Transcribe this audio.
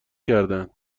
کردهاند